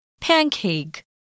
Pancake